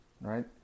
right